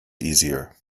easier